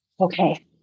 okay